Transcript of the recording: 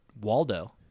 Waldo